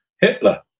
Hitler